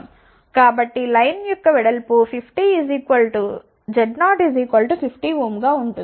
కాబట్టి లైన్ యొక్క వెడల్పు Z0 50 Ω గా వుంటుంది